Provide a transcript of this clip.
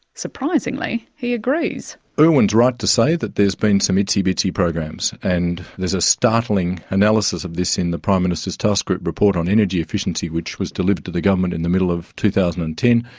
surprisingly, he agrees. erwin's right to say that there's been some itsy-bitsy programs, and there's a startling analysis of this in the prime minister's task group report on energy efficiency which was delivered to the government in the middle of two thousand and ten.